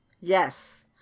Yes